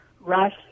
rush